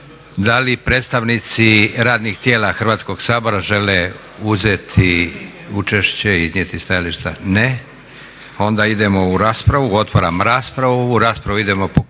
Da li predstavnici radnih tijela Hrvatskog sabora žele uzeti učešće, iznijeti stajališta? Ne. Onda idemo u raspravu. Otvaram raspravu. U raspravu idemo po